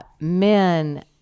men